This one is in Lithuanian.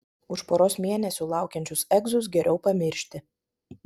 už poros mėnesių laukiančius egzus geriau pamiršti